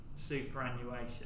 superannuation